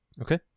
Okay